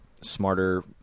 smarter